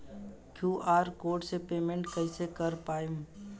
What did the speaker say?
QR code से payment कईसे कर पाएम?